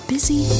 Busy